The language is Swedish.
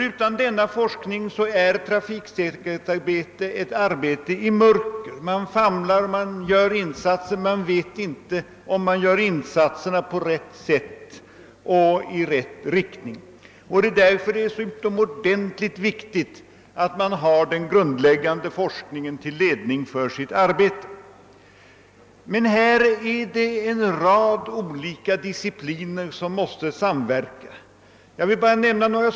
Utan denna forskning är trafiksäkerhetsarbetet ett arbete i mörker; man famlar omkring och vet inte om de insatser man gör är de riktiga eller ens om de går i rätt riktning: i Det är således utomordentligt viktigt att man har den grundläggande forskningen till ledning för sitt arbete, och det är en mängd olika discipliner som därvid måste samverka. Jag skall här bara nämna några.